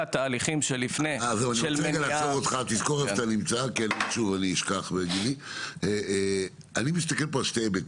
אני מסתכל פה על שני היבטים.